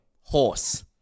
Horse